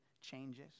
changes